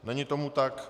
Není tomu tak.